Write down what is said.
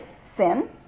sin